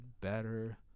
better